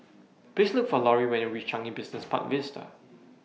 Please Look For Lori when YOU REACH Changi Business Park Vista